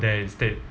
there instead